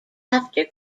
after